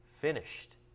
finished